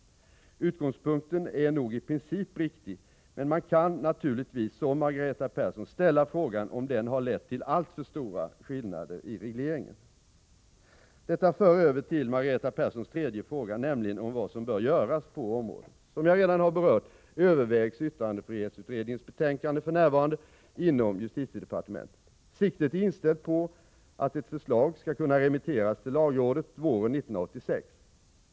Utgångspunkten är nog i princip riktig, men man kan naturligtvis som Margareta Persson ställa frågan om den har lett till alltför stora skillnader i regleringen. Detta för över till Margareta Perssons tredje fråga, nämligen om vad som bör göras på området. Som jag redan har berört övervägs yttrandefrihetsutredningens betänkande för närvarande inom justitiedepartementet. Siktet är inställt på att ett förslag skall kunna remitteras till lagrådet våren 1986.